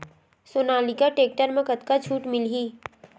Sonalika tractor म कतका छूट मिलही?